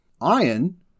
Iron